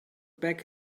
back